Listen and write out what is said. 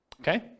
okay